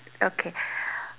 okay